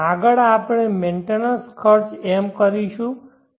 આગળ આપણે મેન્ટેનન્સ ખર્ચ M કરીશું M